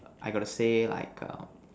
I got to say like err